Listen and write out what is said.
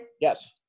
Yes